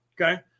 Okay